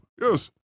Yes